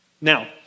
Now